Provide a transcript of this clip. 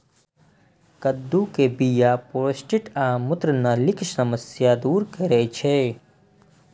कद्दू के बीया प्रोस्टेट आ मूत्रनलीक समस्या दूर करै छै